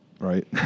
Right